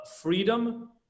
freedom